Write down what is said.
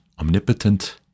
omnipotent